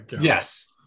yes